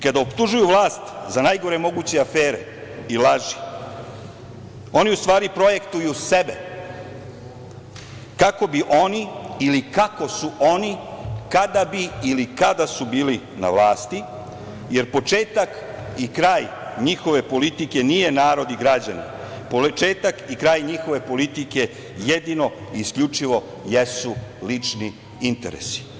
Kada optužuju vlast za najgore moguće afere i laži, oni u stvari projektuju sebe kako bi oni ili kako su oni kada bi ili kada su bili na vlasti, jer početak i kraj njihove politike nije narod, početak i kraj njihove politike jedino i isključivo jesu lični interesi.